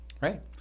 Right